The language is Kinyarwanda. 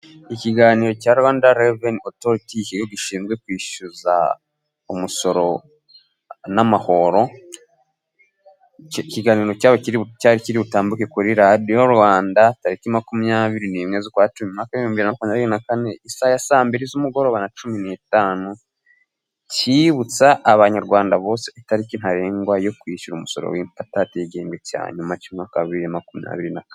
Ikiganiro cya Rwanda Revenue Authority, ikigo gishinzwe kwishyuza umusoro n'amahoro, icyo kiganiro cyabo kiri butambuke kuri radiyo Rwanda, tariki makumyabiri n'imwe, z'ukwa cumi, umwaka w'ibihumbi bibiri na makumyabiri na kane, isaha ya saa mbiri z'umugoroba na cumi n'itanu, kibutsa abanyarwanda bose ko, itariki ntarengwa yo kwishyura umusoro w'ipatante y'igihembwe cya nyuma cy'umwaka wa bibiri na makumyabiri na kane.